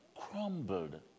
crumbled